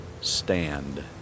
stand